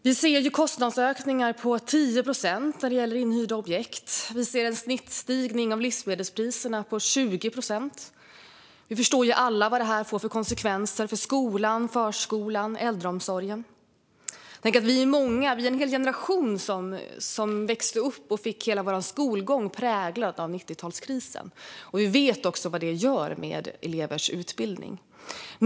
Vi ser kostnadsökningar på 10 procent när det gäller inhyrda objekt. Vi ser att livsmedelspriserna har ökat med i genomsnitt 20 procent. Vi förstår alla vad detta får för konsekvenser för skolan, förskolan och äldreomsorgen. Vi är många, en hel generation, som växte upp och fick hela vår skolgång präglad av 90-talskrisen. Vi vet också vad det gör med elevers utbildning.